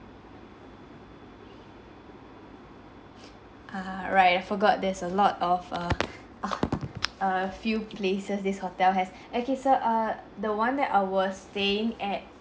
ah right I forgot there's a lot of err oh a few places this hotel has okay so err the one that I was staying at